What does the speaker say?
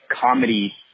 comedy